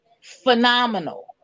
phenomenal